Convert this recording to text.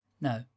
No